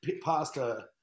pasta